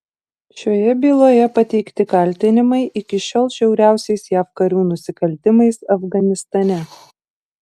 šioje byloje pateikti kaltinimai iki šiol žiauriausiais jav karių nusikaltimais afganistane